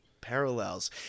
parallels